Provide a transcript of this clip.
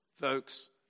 folks